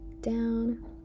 down